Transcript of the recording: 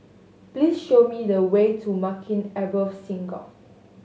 please show me the way to Maghain Aboth Synagogue